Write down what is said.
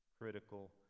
critical